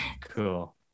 Cool